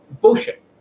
Bullshit